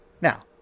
Now